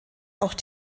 auch